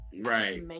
right